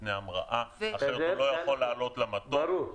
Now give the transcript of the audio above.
לפני המראה אחרת הוא לא יכול לעלות למטוס.